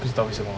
不知道为什么 lah